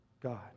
God